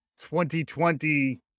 2020